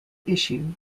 issue